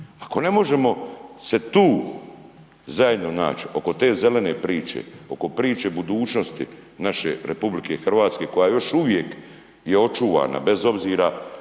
Ako ne možemo se tu zajedno naći, oko te zelene priče, oko priče budućnosti naše RH koja još uvijek je očuvana bez obzira